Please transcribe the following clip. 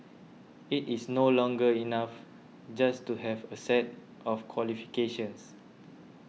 it is no longer enough just to have a set of qualifications